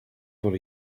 for